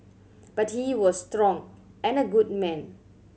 but he was strong and a good man